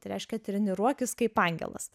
tai reiškia treniruokis kaip angelas